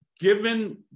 given